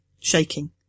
shaking